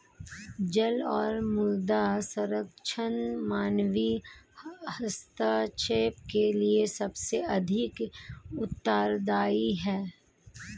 जल और मृदा संरक्षण मानवीय हस्तक्षेप के लिए सबसे अधिक उत्तरदायी हैं